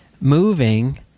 moving